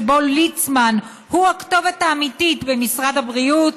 שבו ליצמן הוא הכתובת האמיתית במשרד הבריאות,